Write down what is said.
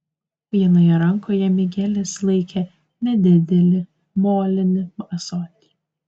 vienoje rankoje migelis laikė nedidelį molinį ąsotį